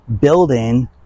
building